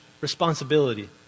responsibility